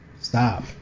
Stop